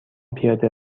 پیاده